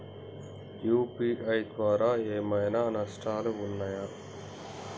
UPI ద్వారా ఏమైనా నష్టాలు ఉన్నయా?